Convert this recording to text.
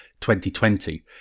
2020